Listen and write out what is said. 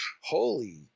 holy